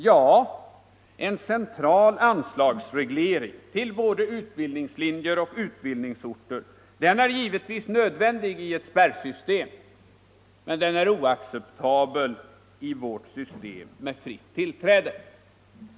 Ja, en central anslagsreglering för både utbildningslinjer och utbildningsorter är givetvis nödvändig i ett spärrsystem, men den är oacceptabel i vårt system med fritt tillträde.